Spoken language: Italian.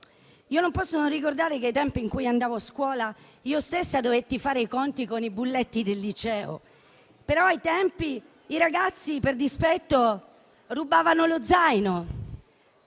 Io non posso non ricordare che ai tempi in cui andavo a scuola io stessa dovetti fare i conti con i bulletti del liceo. A quei tempi però i ragazzi per dispetto rubavano lo zaino...